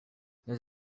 there